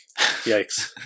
Yikes